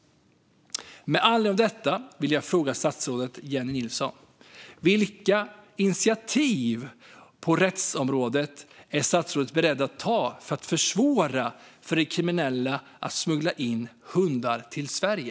Med anledning av detta vill jag fråga statsrådet Jennie Nilsson: Vilka initiativ på rättsområdet är statsrådet beredd att ta för att försvåra för de kriminella att smuggla in hundar till Sverige?